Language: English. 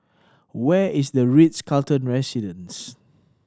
where is The Ritz Carlton Residences